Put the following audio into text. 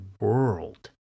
world